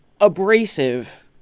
abrasive